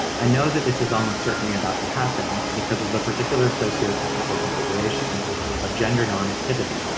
i know that this is almost certainly about to happen because of the particular sociotechnical configuration of gender normativity.